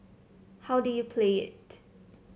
how do you play it